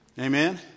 Amen